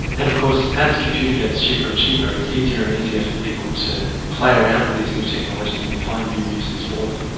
and of course as computing gets cheaper and cheaper it's easier and easier for people to play around with these new technologies and find new uses for them.